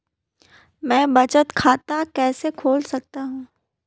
मैं बचत खाता कैसे खोल सकता हूँ?